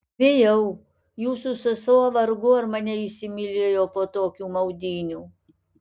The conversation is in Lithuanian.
bijau jūsų sesuo vargu ar mane įsimylėjo po tokių maudynių